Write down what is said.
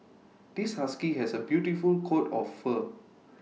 this husky has A beautiful coat of fur